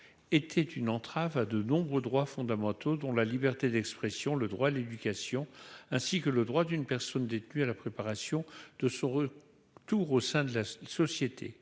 comme une « entrave » à de nombreux droits fondamentaux, dont la liberté d'expression, le droit à l'éducation et le droit d'une personne détenue à la préparation de son retour au sein de la société.